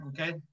okay